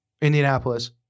Indianapolis